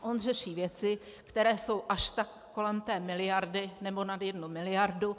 On řeší věci, které jsou až tak kolem té miliardy, nebo nad jednu miliardu.